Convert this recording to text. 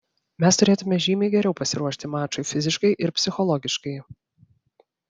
mes turėtumėme žymiai geriau pasiruošti mačui fiziškai ir psichologiškai